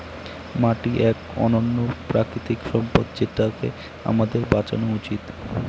মাটি এক অনন্য প্রাকৃতিক সম্পদ যেটাকে আমাদের বাঁচানো উচিত